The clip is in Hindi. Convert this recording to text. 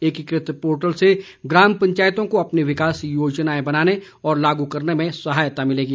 एकीकृत पोर्टल से ग्राम पंचायतों को अपनी विकास योजनाएं बनाने और लागू करने में सहायता मिलेगी